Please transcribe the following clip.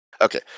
Okay